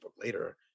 later